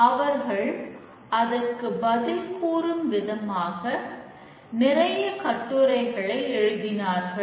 அவர்கள் அதற்கு பதில் கூறும் விதமாக நிறைய கட்டுரைகளை எழுதினார்கள்